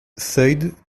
said